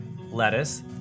lettuce